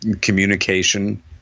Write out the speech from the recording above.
communication